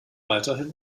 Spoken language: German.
weiterhin